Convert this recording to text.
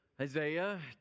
Isaiah